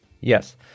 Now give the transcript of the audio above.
Yes